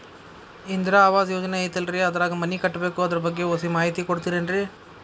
ಇಂದಿರಾ ಆವಾಸ ಯೋಜನೆ ಐತೇಲ್ರಿ ಅದ್ರಾಗ ಮನಿ ಕಟ್ಬೇಕು ಅದರ ಬಗ್ಗೆ ಒಸಿ ಮಾಹಿತಿ ಕೊಡ್ತೇರೆನ್ರಿ?